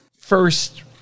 first